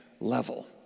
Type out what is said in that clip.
level